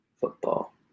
football